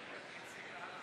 המדינה.